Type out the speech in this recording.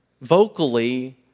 vocally